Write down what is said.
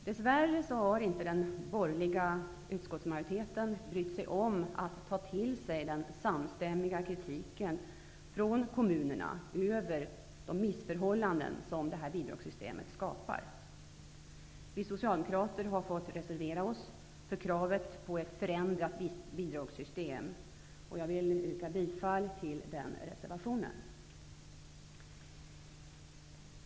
Dess värre har den borgerliga utskottsmajoriteten inte brytt sig om att ta till sig den samstämmiga kritiken från kommunerna över de missförhållanden som detta bidragssystem skapar. Vi socialdemokrater har fått reservera oss för kravet på ett förändrat bidragssystem, och jag yrkar bifall till den reservation där detta framförs.